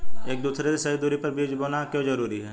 एक दूसरे से सही दूरी पर बीज बोना क्यों जरूरी है?